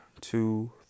two